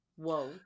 whoa